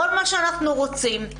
כל מה שאנחנו רוצים.